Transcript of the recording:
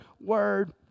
Word